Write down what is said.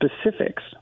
specifics